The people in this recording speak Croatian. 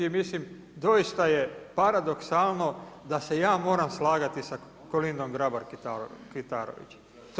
I mislim doista je paradoksalno da se ja moram slagati sa Kolindom Grabar-Kitarović.